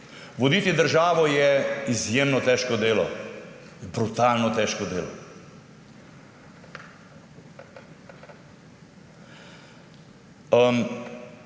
Voditi državo je izjemno težko delo, brutalno težko delo.